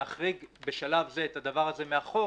להחריג בשלב זה את הדבר הזה מהצעת החוק